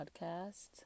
podcast